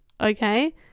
okay